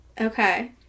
Okay